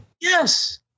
Yes